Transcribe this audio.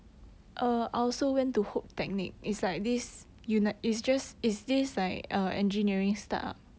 are also went to Hope Technik is like this unit is just is this like er engineering start